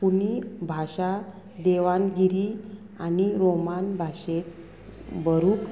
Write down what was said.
पुनी भाशा देवानगिरी आनी रोमान भाशेक भरूक